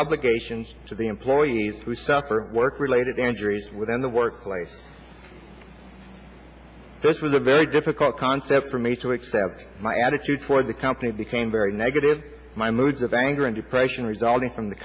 obligations to the employees who suffer work related injuries within the workplace this was a very difficult concept for me to accept my attitude toward the company became very negative my moods of anger and depression resulting from the